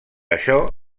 això